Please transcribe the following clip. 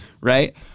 Right